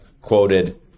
quoted